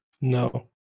No